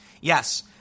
Yes